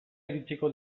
iritsiko